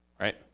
Right